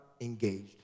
engaged